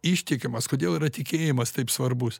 ištikimas kodėl yra tikėjimas taip svarbus